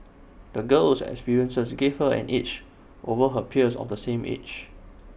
the girl's experiences gave her an edge over her peers of the same age